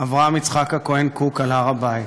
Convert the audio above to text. אברהם יצחק הכהן קוק על הר הבית,